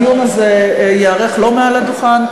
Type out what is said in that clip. הדיון הזה ייערך לא מעל הדוכן.